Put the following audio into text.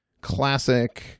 classic